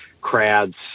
crowds